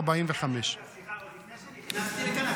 345. עוד לפני שנכנסתי לכאן,